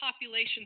population